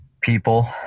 People